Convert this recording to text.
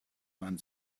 man